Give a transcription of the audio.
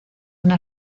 una